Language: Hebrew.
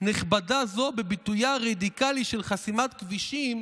נכבדה זו בביטויה הרדיקלי של חסימת כבישים,